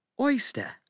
Oyster